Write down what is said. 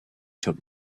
took